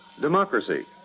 Democracy